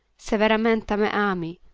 se veramenta me ami,